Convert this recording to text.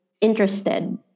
interested